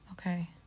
okay